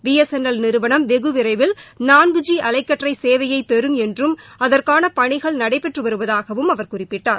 B S N L நிறுவனம் வெகுவிரைவில் நான்கு ஜி அலைக்கற்றைசேவையைபெறும் என்றும் அதற்கானபணிகள் நடைபெற்றுவருவதாகவும் அவர் குறிப்பிட்டார்